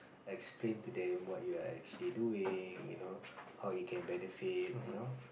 explain to them what you are actually doing you know how you can benefit you know